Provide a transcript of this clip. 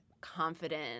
confident